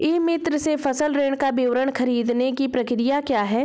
ई मित्र से फसल ऋण का विवरण ख़रीदने की प्रक्रिया क्या है?